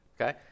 okay